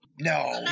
No